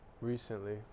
recently